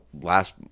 last